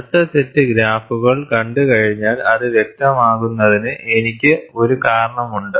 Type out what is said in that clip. അടുത്ത സെറ്റ് ഗ്രാഫുകൾ കണ്ടുകഴിഞ്ഞാൽ അത് വ്യക്തമാകുന്നതിന് എനിക്ക് ഒരു കാരണമുണ്ട്